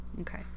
okay